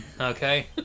okay